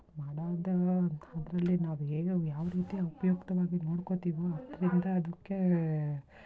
ಮಾಡುವಂಥ ಅದರಲ್ಲಿ ನಾವು ಹೇಗೆ ಯಾವ ರೀತಿ ಉಪಯುಕ್ತವಾಗಿ ನೋಡ್ಕೊಳ್ತೀವೋ ಅದರಿಂದ ಅದಕ್ಕೆ